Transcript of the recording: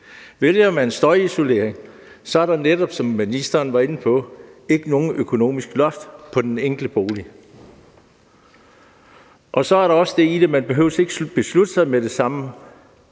Vælger man støjisolering, er der netop, som ministeren var inde på, ikke noget økonomisk loft for den enkelte bolig. Der er også det i det, at man ikke behøver at beslutte sig med det samme.